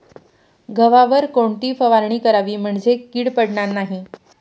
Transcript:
गव्हावर कोणती फवारणी करावी म्हणजे कीड पडणार नाही?